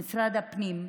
במשרד הפנים.